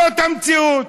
זאת המציאות.